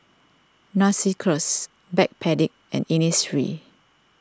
Narcissus Backpedic and Innisfree